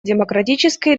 демократической